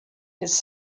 his